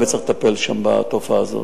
וצריך לטפל שם בתופעה הזאת.